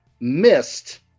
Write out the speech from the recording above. missed